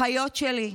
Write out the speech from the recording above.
אחיות שלי,